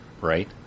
Right